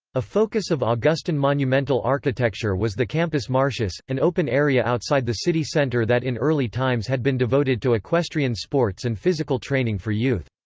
a focus of ah augustan monumental architecture was the campus martius, an open area outside the city centre that in early times had been devoted to equestrian sports and physical training for youth.